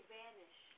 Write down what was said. vanish